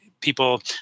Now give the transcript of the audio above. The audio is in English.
people